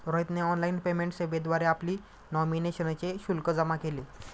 रोहितने online payment सेवेद्वारे आपली नॉमिनेशनचे शुल्क जमा केले